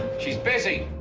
she's busy.